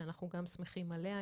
שאנחנו גם שמחים עליה.